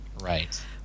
Right